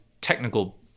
technical